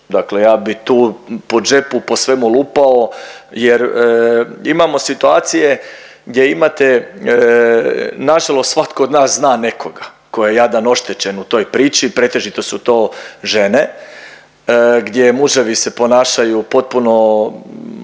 Dakle, ja bih tu po džepu, po svemu lupao jer imamo situacije gdje imate na žalost svatko od nas zna nekoga tko je jadan oštećen u toj priči. Pretežito su to žene, gdje muževi se ponašaju potpuno